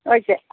okay